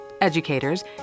educators